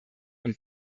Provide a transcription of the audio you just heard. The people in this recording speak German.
und